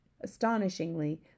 astonishingly